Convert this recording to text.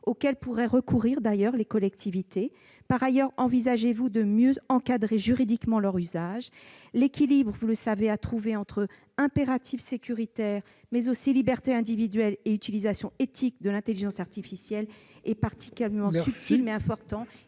auxquelles pourraient d'ailleurs recourir les collectivités ? Par ailleurs, envisagez-vous de mieux encadrer juridiquement leur usage ? L'équilibre à trouver entre impératif sécuritaire, libertés individuelles et utilisation éthique de l'intelligence artificielle est particulièrement subtil et important